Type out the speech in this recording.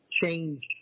change